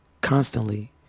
constantly